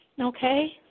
Okay